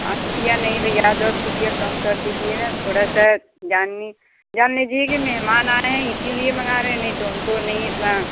पाँच रुपया नहीं भईया दस रुपिया कम कर दीजिए ना थोड़ा सा जाननी जान लीजिए कि मेहमान आए हैं इसीलिए मंगा रहे हैं नहीं तो हमको नहीं इतना